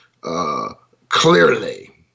clearly